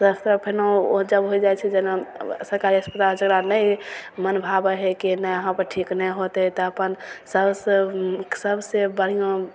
सभसँ फेन ओ जब ओ हो जाइ छै जेना सरकारी अस्पताल छै जकरा नहि मन भावय हइ कि नहि इहाँ पर ठीक नहि होतय तऽ अपन सभसँ सभसँ बढ़िआँ